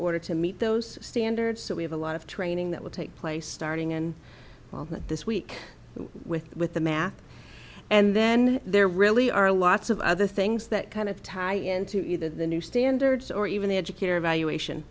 order to meet those standards so we have a lot of training that will take place starting in this week with with the math and then there really are lots of other things that kind of tie into either the new standards or even the educator evaluation